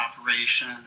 operation